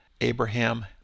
Abraham